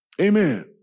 Amen